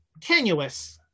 tenuous